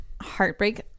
heartbreak